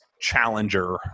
challenger